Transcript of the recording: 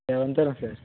சரி வந்துடுறோம் சார்